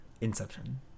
Inception